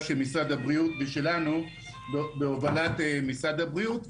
של משרד הבריאות ושלנו בהובלת משרד הבריאות,